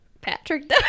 Patrick